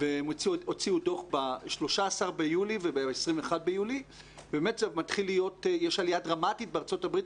והם הוציאו דוח ב-13 ביולי וב-21 ביולי ובאמת יש עלייה דרמטית בארה"ב,